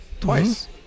twice